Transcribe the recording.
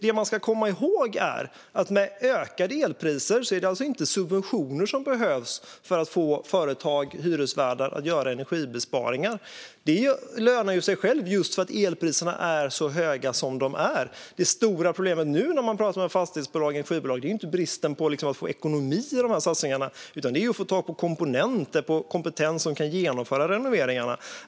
Det man ska komma ihåg är att med ökade elpriser är det alltså inte subventioner som behövs för att få företag och hyresvärdar att göra energibesparingar. Det lönar sig ju för dem just för att elpriserna är så höga som de är. Det stora problemet nu för fastighetsbolagen och energibolagen är inte att få ekonomi i satsningarna, utan det är att få tag i komponenter och i kompetens som kan genomföra renoveringarna.